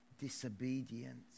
disobedience